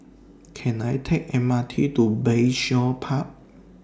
Can I Take M R T to Bayshore Park